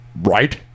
right